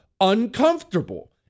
uncomfortable